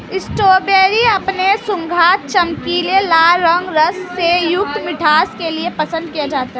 strawberry अपने सुगंध, चमकीले लाल रंग, रस से युक्त मिठास के लिए पसंद किया जाता है